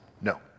No